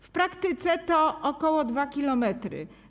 W praktyce to ok. 2 km.